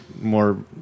more